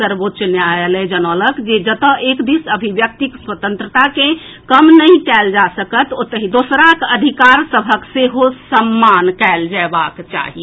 सर्वोच्च न्यायालय जनौलक जे जतऽ एक दिस अभिव्यक्तिक स्वतंत्रता के कम नहि कएल जा सकत ओतहि दोसरक अधिकार सभक सेहो सम्मान कएल जएबाक चाही